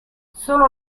solo